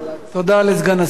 תודה לסגן השר.